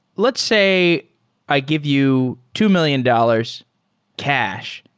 let's say i give you two million dollars cash.